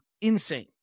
insane